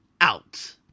out